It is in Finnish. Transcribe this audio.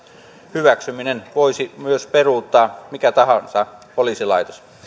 hyväksymisen voisi myös peruuttaa mikä tahansa poliisilaitos